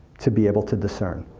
to be able to discern.